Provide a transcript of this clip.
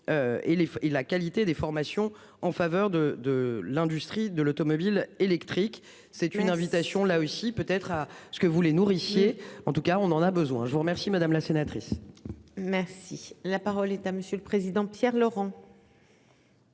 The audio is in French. et la qualité des formations en faveur de de l'industrie de l'automobile électrique, c'est une invitation là aussi peut-être à ce que vous voulez nourriciers. En tout cas on en a besoin. Je vous remercie madame la sénatrice. Merci la parole est à monsieur le président, Pierre Laurent.